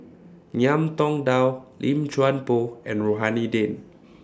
Ngiam Tong Dow Lim Chuan Poh and Rohani Din